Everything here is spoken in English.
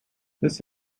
this